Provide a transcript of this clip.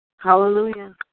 Hallelujah